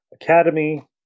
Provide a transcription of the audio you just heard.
Academy